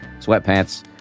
sweatpants